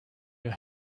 your